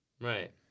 Right